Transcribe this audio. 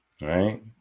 Right